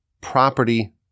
property